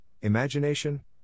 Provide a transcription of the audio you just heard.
imagination